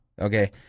okay